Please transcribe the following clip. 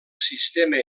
sistema